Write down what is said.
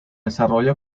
desarrollo